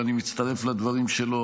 ואני מצטרף לדברים שלו,